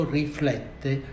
riflette